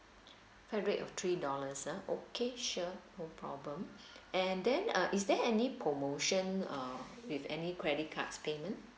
flat rate of three dollars ah okay sure no problem and then uh is there any promotion uh with any credit cards payment